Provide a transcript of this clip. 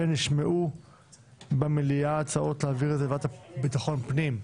במליאה נשמעו הצעות להעביר את זה לוועדה לביטחון פנים.